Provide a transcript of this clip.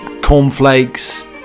cornflakes